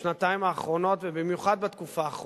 בשנתיים האחרונות, ובמיוחד בתקופה האחרונה,